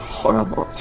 horrible